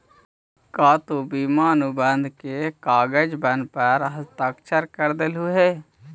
का तु बीमा अनुबंध के कागजबन पर हस्ताक्षरकर देलहुं हे?